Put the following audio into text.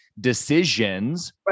decisions